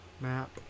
Map